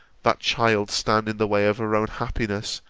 that child stand in the way of her own happiness,